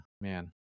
man